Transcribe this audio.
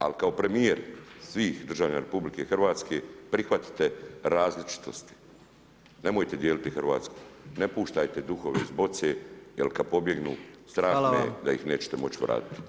Ali, kao premjer svih državljana RH, prihvatiti različitosti, nemojte dijeliti Hrvatsku, ne puštajte duhove iz boce, jer kad pobjegnu, strah me je da ih nećete moći vratiti.